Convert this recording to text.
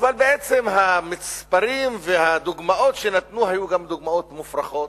אבל בעצם המספרים והדוגמאות שנתנו היו דוגמאות מופרכות,